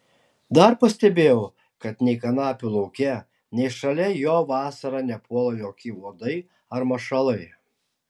dar pastebėjau kad nei kanapių lauke nei šalia jo vasarą nepuola jokie uodai ar mašalai